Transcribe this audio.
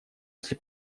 если